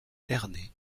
ernée